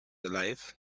alive